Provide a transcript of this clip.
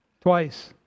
twice